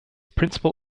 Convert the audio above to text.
principal